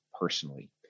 personally